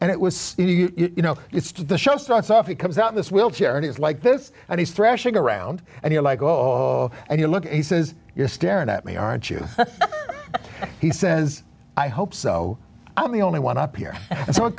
and it was you know it's the show starts off he comes out this wheelchair and it's like this and he's thrashing around and you're like oh and you look at he says you're staring at me aren't you he says i hope so i'm the only one up here and so it